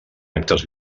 actes